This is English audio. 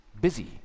busy